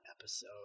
episode